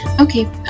Okay